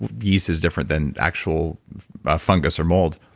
yeast is different than actual fungus or mold.